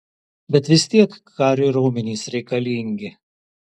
bet vis tiek kariui raumenys reikalingi